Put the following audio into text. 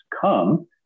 come